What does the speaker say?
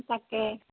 তাকে